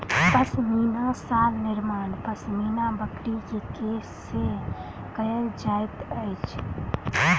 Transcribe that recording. पश्मीना शाल निर्माण पश्मीना बकरी के केश से कयल जाइत अछि